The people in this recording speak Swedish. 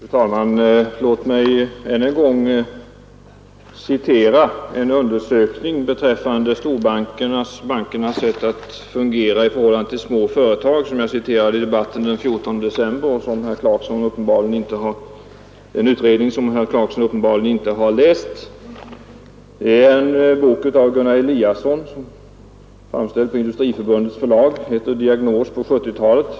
Fru talman! Låt mig liksom i debatten den 14 december förra året citera en undersökning beträffande bankernas sätt att fungera i förhållande till små företag. Den undersökningen har herr Clarkson uppenbar ligen inte läst. Den finns i en bok av Gunnar Eliasson som är framställd på Industriförbundets förlag och som heter ”Diagnos på 70-talet”.